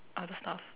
other stuff